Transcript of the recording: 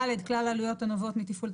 ד' כלל העלויות הנובעות מתפעול,